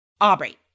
Aubrey